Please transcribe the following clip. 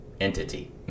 entity